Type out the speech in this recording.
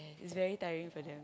is very tiring for them there